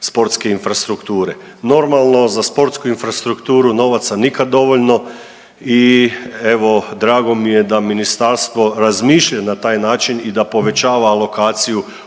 sportske infrastrukture. Normalno za sportsku infrastrukturu novaca nikada dovoljno i evo drago mi je da ministarstvo razmišlja na taj način i da povećava alokaciju